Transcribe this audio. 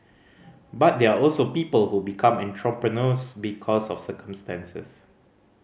but there are also people who become entrepreneurs because of circumstances